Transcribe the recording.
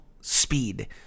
speed